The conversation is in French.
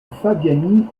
fabiani